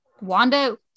wanda